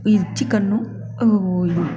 ಈ ಚಿಕನ್ನು ಇದು